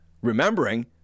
remembering